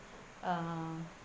uh